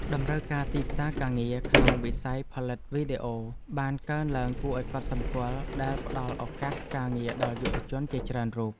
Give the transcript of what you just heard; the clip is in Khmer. តម្រូវការទីផ្សារការងារក្នុងវិស័យផលិតវីដេអូបានកើនឡើងគួរឱ្យកត់សម្គាល់ដែលផ្ដល់ឱកាសការងារដល់យុវជនជាច្រើនរូប។